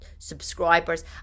Subscribers